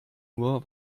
nur